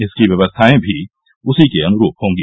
इसकी व्यवस्थाएं भी उसी के अनुरूप होगी